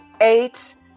eight